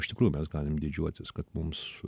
iš tikrųjų mes galim didžiuotis kad mums